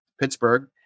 Pittsburgh